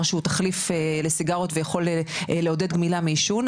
שהוא תחליף לסיגריות ויכול לעודד גמילה מעישון,